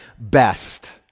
best